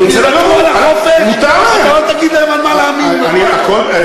סליחה, שנייה אחת.